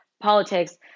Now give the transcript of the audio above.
politics